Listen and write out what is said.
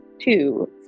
two